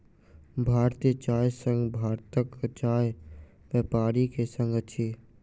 भारतीय चाय संघ भारतक चाय व्यापारी के संग अछि